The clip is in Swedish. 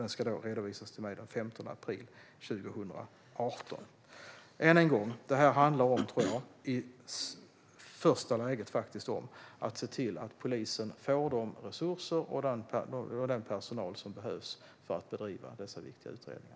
Det ska redovisas till mig den 15 april 2018. Än en gång: Jag tror att detta i första läget handlar om att se till att polisen får de resurser och den personal som behövs för att de ska kunna göra dessa viktiga utredningar.